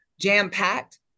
jam-packed